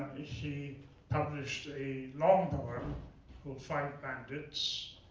he published a long poem called five bandits,